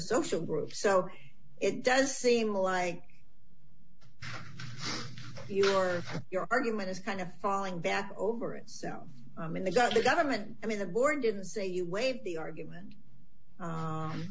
social group so it does seem like you or your argument is kind of falling back over itself when they got the government i mean the board didn't say you waive the argument